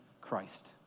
Christ